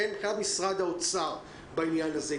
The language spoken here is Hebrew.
מבחינת משרד האוצר בעניין הזה,